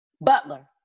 Butler